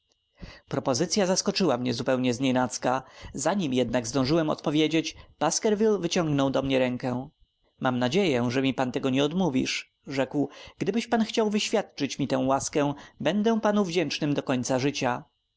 propozycya zaskoczyła mnie zupełnie znienacka zanim jednak zdążyłem odpowiedzieć baskerville wyciągnął do mnie rękę mam nadzieję że mi pan tego nie odmówisz rzekł gdybyś pan chciał wyświadczyć mi tę łaskę będę panu wdzięcznym do końca życia